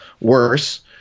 worse